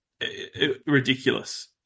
ridiculous